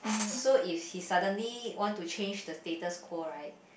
so is he suddenly want to change the status quo right